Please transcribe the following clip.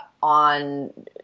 on